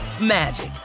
magic